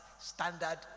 standard